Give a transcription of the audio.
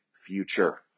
future